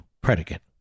predicate